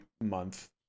month